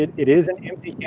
it it is and empty,